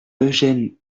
eugène